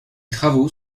travaux